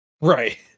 right